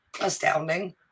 astounding